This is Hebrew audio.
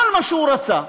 כל מה שהוא רצה,